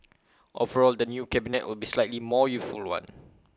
overall the new cabinet will be slightly more youthful one